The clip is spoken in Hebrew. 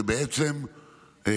והיא בעצם איששה